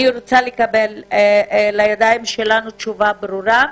אני רוצה לקבל לידיים שלנו תשובה ברורה: